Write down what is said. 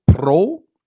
pro